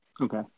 Okay